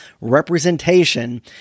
representation